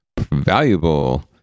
valuable